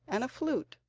and a flute,